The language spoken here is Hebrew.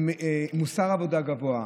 עם מוסר עבודה גבוה,